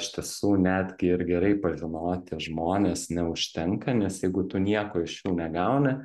iš tiesų netgi ir gerai pažinoti žmones neužtenka nes jeigu tu nieko iš jų negauni